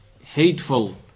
hateful